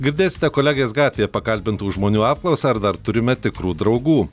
girdėsite kolegės gatvėje pakalbintų žmonių apklausą ar dar turime tikrų draugų